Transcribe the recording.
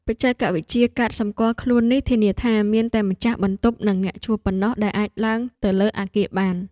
បច្ចេកវិទ្យាកាតសម្គាល់ខ្លួននេះធានាថា មានតែម្ចាស់បន្ទប់និងអ្នកជួលប៉ុណ្ណោះដែលអាចឡើងទៅលើអគារបាន។